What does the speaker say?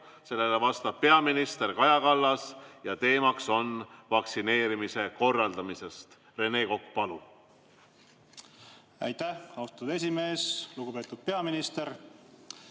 Sellele vastab peaminister Kaja Kallas ja teema on vaktsineerimise korraldamine. Rene Kokk, palun! Aitäh, austatud esimees! Lugupeetud peaminister!